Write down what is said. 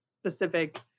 specific